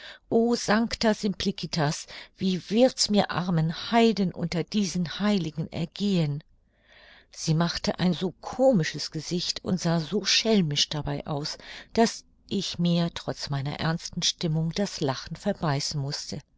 o sancta simplicitas wie wird's mir armen heidin unter diesen heiligen ergehen sie machte ein so komisches gesicht und sah so schelmisch dabei aus daß ich mir trotz meiner ernsten stimmung das lachen verbeißen mußte